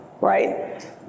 right